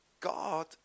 God